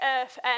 earth